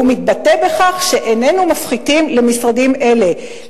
והוא מתבטא בכך שאיננו מפחיתים למשרדים אלה".